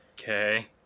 Okay